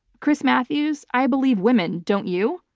chris matthews, i believe women, don't you?